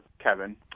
Kevin